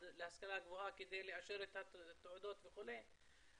להשכלה גבוהה כדי לאשר את התעודות וכו',